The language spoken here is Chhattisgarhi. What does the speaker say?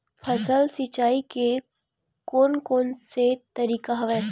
फसल सिंचाई के कोन कोन से तरीका हवय?